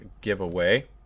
giveaway